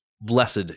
blessed